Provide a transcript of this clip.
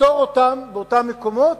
נפטור אותם באותם מקומות,